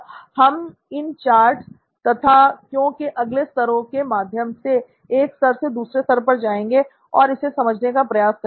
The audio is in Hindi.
हम इन चार्ट तथा "क्यों" के अलग अलग स्तरों के माध्यम से एक स्तर से दूसरे स्तर पर जाएंगे और इसे समझने का प्रयास करेंगे